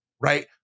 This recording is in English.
Right